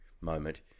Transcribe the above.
moment